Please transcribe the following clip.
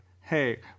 hey